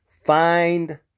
Find